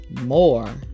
more